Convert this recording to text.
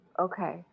Okay